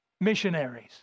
missionaries